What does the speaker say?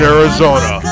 Arizona